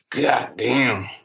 goddamn